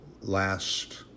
last